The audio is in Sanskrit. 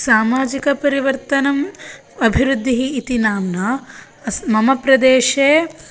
सामाजिकपरिवर्तनम् अभिवृद्धिः इति नाम्ना मम प्रदेशे